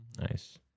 Nice